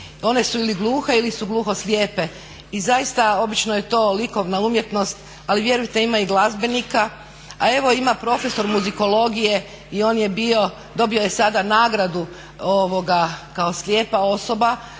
one su ili gluhe ili su gluhoslijepe i zaista obično je to likovna umjetnost, ali vjerujte ima i glazbenika, a evo ima profesor muzikologije i on je bio, dobio je sada nagradu kao slijepa osoba